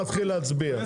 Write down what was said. נתחיל להצביע.